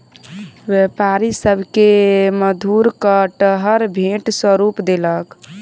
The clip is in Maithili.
व्यापारी सभ के मधुर कटहर भेंट स्वरूप देलक